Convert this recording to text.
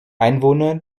einwohner